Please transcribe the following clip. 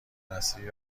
نسلی